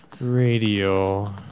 Radio